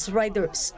riders